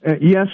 Yes